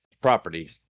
properties